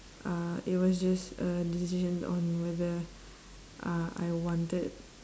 uh it was just a decision on whether uh I wanted